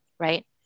right